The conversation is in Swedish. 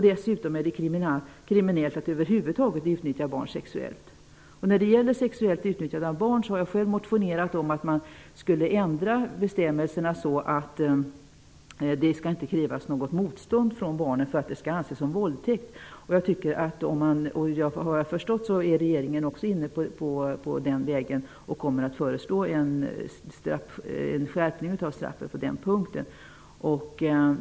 Dessutom är det kriminellt att över huvud taget utnyttja barn sexuellt. När det gäller sexuellt utnyttjande av barn har jag själv motionerat om att bestämmelserna skulle ändras så, att det inte skall krävas något motstånd från barnet för att det skall anses som våldtäkt. Såvitt jag har förstått är också regeringen inne på den vägen och kommer att föreslå en straffskärpning på den punkten.